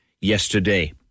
yesterday